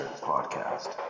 Podcast